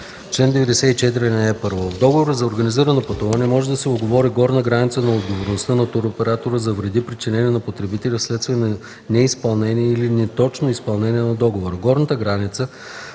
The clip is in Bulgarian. „Чл. 94. (1) В договора за организирано пътуване може да се уговори горна граница на отговорността на туроператора за вреди, причинени на потребителя вследствие на неизпълнение или неточно изпълнение на договора.